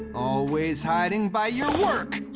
always hiding by your work.